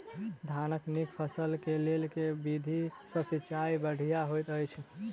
धानक नीक फसल केँ लेल केँ विधि सँ सिंचाई बढ़िया होइत अछि?